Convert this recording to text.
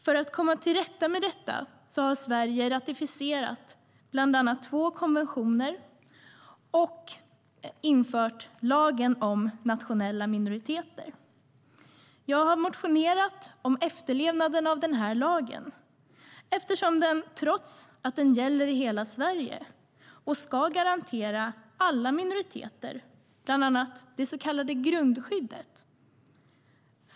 För att komma till rätta med detta har Sverige bland annat ratificerat två konventioner och infört lagen om nationella minoriteter. Jag har motionerat om efterlevnaden av den lagen eftersom många kommuner verkar tro att det är rekommendationer, trots att lagen gäller i hela Sverige och ska garantera alla minoriteter bland annat det så kallade grundskyddet.